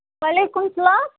وعلیکُم سلام